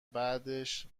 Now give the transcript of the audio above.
بعدش